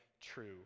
true